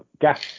gas